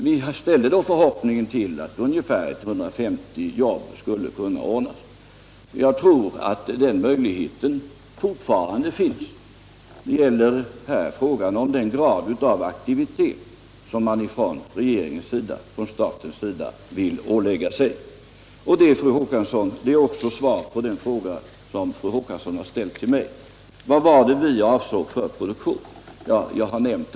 Vi hoppades då att ungefär 150 jobb skulle kunna ordnas, och jag tror att den möjligheten fortfarande finns. Det gäller här den grad av aktivitet som man från statens sida vill ålägga sig. Det är också svar på den fråga som fru Håkansson har ställt till mig. Vad var det vi avsåg för produktion? Jag har nämnt det.